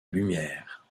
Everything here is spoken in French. lumière